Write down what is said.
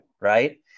Right